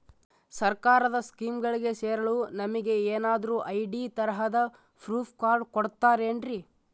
ಸರ್ಕಾರದ ಸ್ಕೀಮ್ಗಳಿಗೆ ಸೇರಲು ನಮಗೆ ಏನಾದ್ರು ಐ.ಡಿ ತರಹದ ಪ್ರೂಫ್ ಕಾರ್ಡ್ ಕೊಡುತ್ತಾರೆನ್ರಿ?